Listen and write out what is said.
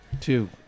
Two